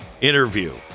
interview